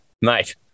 mate